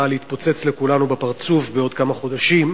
להתפוצץ לכולנו בפרצוף בעוד כמה חודשים,